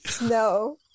No